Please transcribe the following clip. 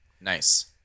Nice